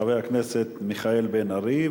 חבר הכנסת מיכאל בן-ארי,